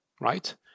right